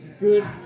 good